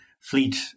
fleet